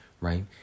right